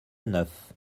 neuf